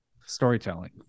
storytelling